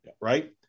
right